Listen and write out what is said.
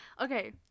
Okay